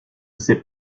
sais